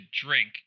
drink